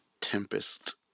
Tempest